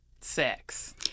sex